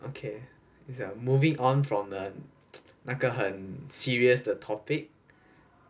okay 等一下 moving on from um 那个很 serious the topic